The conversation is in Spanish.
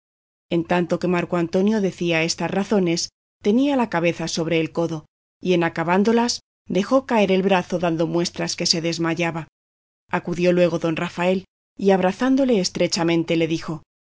en tanto que marco antonio decía estas razones tenía la cabeza sobre el codo y en acabándolas dejó caer el brazo dando muestras que se desmayaba acudió luego don rafael y abrazándole estrechamente le dijo